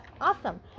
Awesome